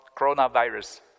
coronavirus